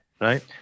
Right